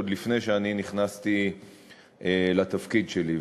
עוד לפני שאני נכנסתי לתפקיד שלי.